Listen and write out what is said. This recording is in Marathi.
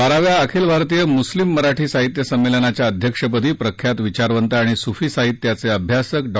बाराव्या अखिल भारतीय मुस्लिम मराठी साहित्य संमेलनाच्या अध्यक्षपदी प्रख्यात विचारवंत आणि सूफी साहित्याचे अभ्यासक डॉ